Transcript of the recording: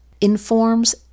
informs